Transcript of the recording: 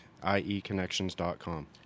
ieconnections.com